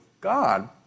God